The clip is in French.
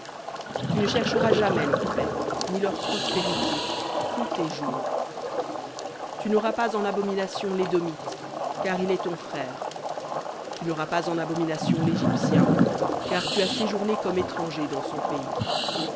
tu ne chercheras jamais leur paix ni leur prospérité tous tes jours tu n'auras pas en abomination l'édomite car il est ton frère tu n'auras pas en abomination l'égyptien car tu as séjourné comme étranger dans son pays